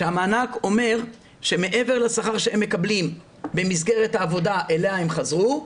המענק אומר שמעבר לשכר שהם מקבלים במסגרת העבודה אליה הם חזרו,